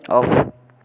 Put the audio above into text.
of